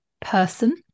person